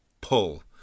pull